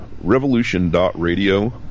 revolution.radio